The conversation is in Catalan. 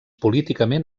políticament